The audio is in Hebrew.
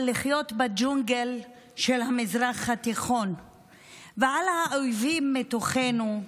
לחיות בג'ונגל של המזרח התיכון ועל האויבים מתוכנו.